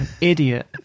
idiot